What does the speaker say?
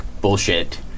bullshit